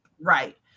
right